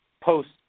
post